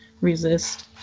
resist